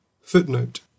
Footnote